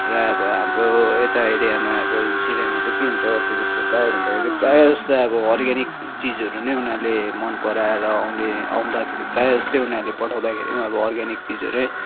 र अब हाम्रो यता एरियामा अब हिल्स एरियामा चाहिँ के हुन्छ टुरिस्टहरूलाई भन्दाखेरि प्राय जस्तो अब अर्ग्यानिक चिजहरू नै उनीहरूले मन पराएर आउने आउँदाखेरि प्राय जस्तै उनीहरूले पठाउँदाखेरि पनि अब अर्ग्यानिक चिजहरू